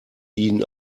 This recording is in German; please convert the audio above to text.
ihnen